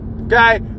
Okay